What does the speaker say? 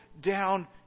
down